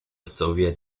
soviet